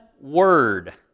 word